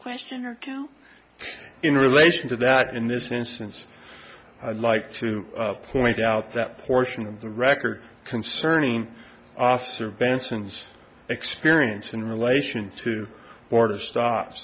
question or two in relation to that in this instance i'd like to point out that portion of the record concerning their benson's experience in relation to order stops